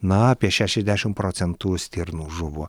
na apie šešiasdešimt procentų stirnų žuvo